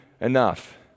enough